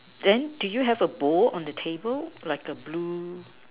then do you have a bowl on the table like a blue